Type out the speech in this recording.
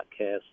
podcast